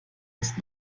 uns